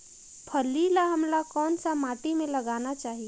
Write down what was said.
फल्ली ल हमला कौन सा माटी मे लगाना चाही?